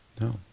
No